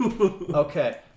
Okay